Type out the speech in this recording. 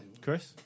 Chris